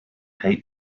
cape